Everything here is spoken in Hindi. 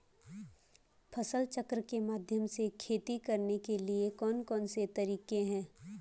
फसल चक्र के माध्यम से खेती करने के लिए कौन कौन से तरीके हैं?